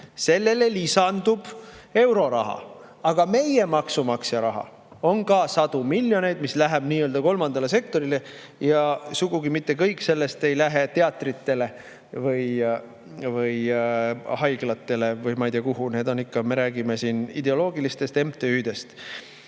Sellele lisandub euroraha. Aga meie maksumaksja raha on ka sadu miljoneid, mis läheb nii-öelda kolmandale sektorile. Ja sugugi mitte kõik sellest ei lähe teatritele või haiglatele või ma ei tea, kuhu – need on ikka, me räägime siin ideoloogilistest MTÜ-dest.